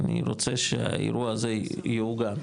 אני רוצה שהאירוע הזה יעוגן,